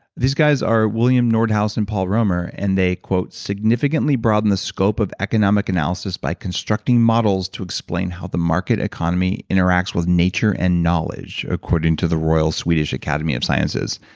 these guys are william nordhaus and paul romer. and they significantly broaden the scope of economic analysis by constructing models to explain how the market economy interacts with nature and knowledge. according to the royal swedish academy of sciences.